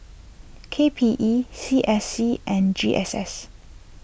K P E C S C and G S S